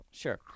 Sure